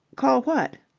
call what?